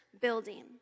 building